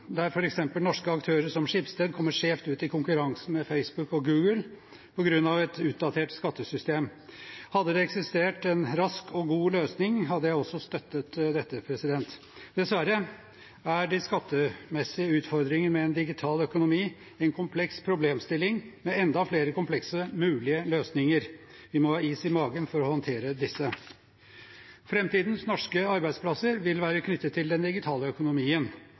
der f.eks. norske aktører som Schibsted kommer skjevt ut i konkurranse med Facebook og Google på grunn av et utdatert skattesystem. Hadde det eksistert en rask og god løsning, hadde jeg også støttet dette. Dessverre er de skattemessige utfordringene med en digital økonomi en kompleks problemstilling med enda flere komplekse mulige løsninger. Vi må ha is i magen for å håndtere disse. Framtidens norske arbeidsplasser vil være knyttet til den digitale økonomien.